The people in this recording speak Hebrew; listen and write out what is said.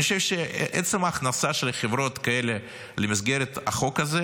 אני חושב שעצם ההכנסה של חברות כאלה למסגרת החוק הזה